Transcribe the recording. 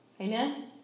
Amen